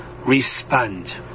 respond